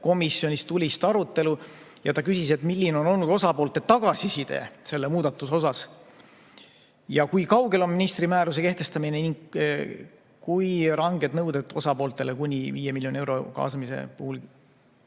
komisjonis tulist arutelu. Ta küsis, milline on olnud osapoolte tagasiside selle muudatuse kohta, kui kaugel on ministri määruse kehtestamine ning kui ranged nõuded osapooltele kuni 5 miljoni euro kaasamise puhul